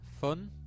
fun